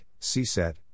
CSET